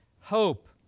hope